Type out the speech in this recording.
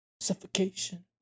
Suffocation